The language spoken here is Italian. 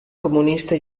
comunista